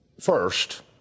First